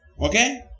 Okay